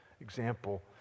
Example